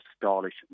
stylish